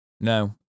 No